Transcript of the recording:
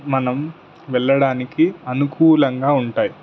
మనం వెళ్ళడానికి అనుకూలంగా ఉంటాయి